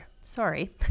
Sorry